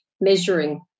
measuring